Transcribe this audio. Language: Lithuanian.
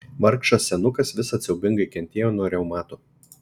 vargšas senukas visad siaubingai kentėjo nuo reumato